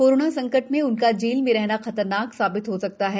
corona संकट में उनका जेल में रहना खतरनाक साबित हो सकता हैं